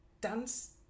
dance